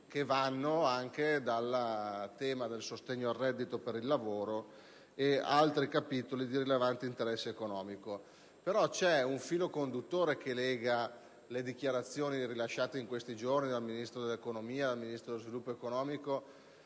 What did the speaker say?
diversi settori, dal sostegno al reddito per il lavoro ad altri capitoli di rilevante interesse economico. Tuttavia, c'è un filo conduttore che lega le dichiarazioni rilasciate in questi giorni dal Ministro dell'economia al Ministro dello sviluppo economico